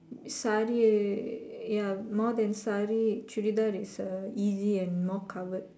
saree ya more than saree churidar is uh easy and more covered